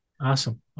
Awesome